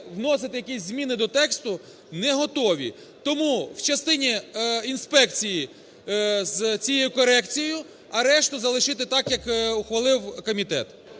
вносити якісь зміни до тексту не готові. Тому у частині інспекції з цією корекцією, а решту залишити так, як ухвалив комітет.